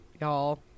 y'all